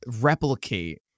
replicate